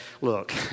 look